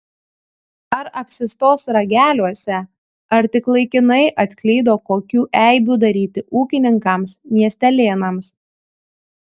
ar apsistos rageliuose ar tik laikinai atklydo kokių eibių daryti ūkininkams miestelėnams